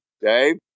Dave